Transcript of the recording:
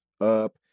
up